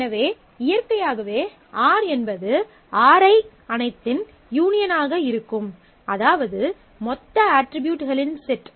எனவே இயற்கையாகவே R என்பது Ri அனைத்தின் யூனியன் ஆக இருக்கும் அதாவது மொத்த அட்ரிபியூட்களின் செட்